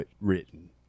written